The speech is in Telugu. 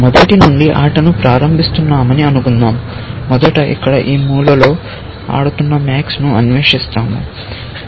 మొదటి నుండి ఆటను ప్రారంభిస్తున్నామని అనుకుందాం మొదట ఇక్కడ ఈ మూలలో ఆడుతున్న MAX ను అన్వేషిస్తాము